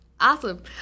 Awesome